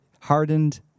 hardened